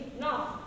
No